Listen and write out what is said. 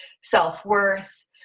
self-worth